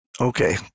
okay